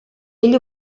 ell